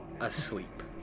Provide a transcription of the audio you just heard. asleep